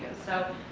so,